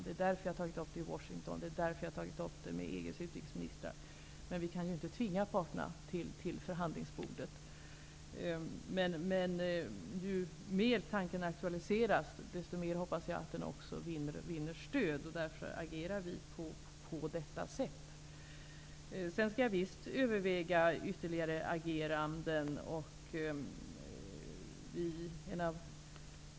Det är därför jag har tagit upp detta i Washington och med EG:s utrikesministrar. Men vi kan ju inte tvinga parterna till förhandlingsbordet. Men ju mer tanken aktualiseras desto mer hoppas jag att den också vinner stöd. Därför agerar vi på detta sätt. Jag skall visst överväga ytterligare ageranden.